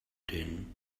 din